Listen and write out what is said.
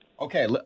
Okay